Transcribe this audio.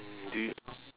mm do you